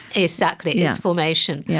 exactly. it's formation. yeah